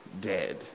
dead